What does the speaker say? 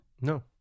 No